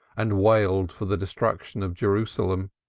and wailed for the destruction of jerusalem,